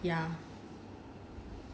ya